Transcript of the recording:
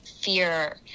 fear